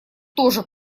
тоже